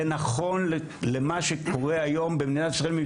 זה נכון למה שקורה היום במדינת ישראל.